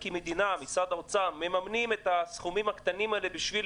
ומשרד האוצר מממן את הסכומים הקטנים שהוא מקבל בשביל